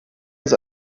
uns